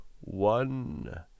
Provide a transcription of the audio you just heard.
one